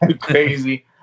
crazy